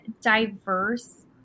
diverse